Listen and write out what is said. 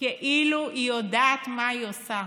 כאילו היא יודעת מה היא עושה,